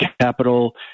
capital